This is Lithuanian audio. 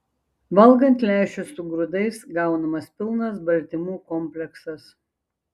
valgant lęšius su grūdais gaunamas pilnas baltymų kompleksas